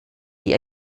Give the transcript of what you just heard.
die